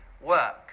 work